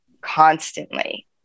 constantly